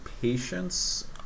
patience